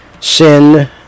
Sin